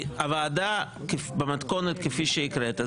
הוועדה במתכונת כפי שהקראת,